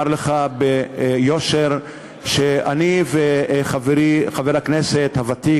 לך ביושר שאני וחברי חבר הכנסת הוותיק,